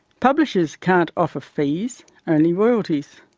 publishers can't offer fees, only royalties,